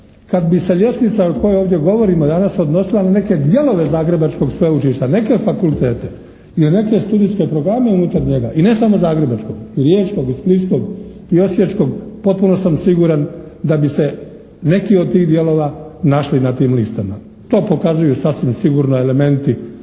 kad bi se ljestvica o kojoj ovdje govorimo danas odnosila na neke dijelove zagrebačkog sveučilišta, neke fakultete i neke studijske programe unutar njega, i ne samo zagrebačkog, i riječkog i splitskog, i osječkog potpuno sam siguran da bi se neki od tih dijelova našli na tim listama. To pokazuju sasvim sigurno elementi